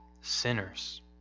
sinners